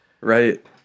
Right